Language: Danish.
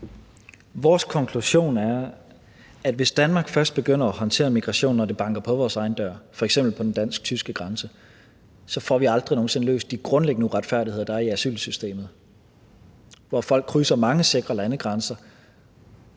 Vores konklusion er, at hvis Danmark først begynder at håndtere migrationen, når den banker på vores egen dør, f.eks. på den dansk-tyske grænse, så får vi aldrig nogen sinde løst de grundlæggende uretfærdigheder, der er i asylsystemet, hvor folk krydser mange sikre landegrænser